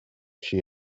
she